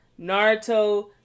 Naruto